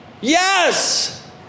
Yes